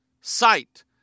sight